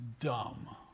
dumb